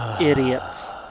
idiots